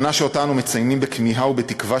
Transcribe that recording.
שנה שאותה אנו מציינים בכמיהה ובתקווה,